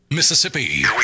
Mississippi